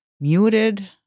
Muted